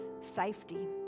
safety